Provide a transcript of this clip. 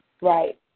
Right